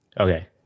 Okay